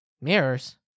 mirrors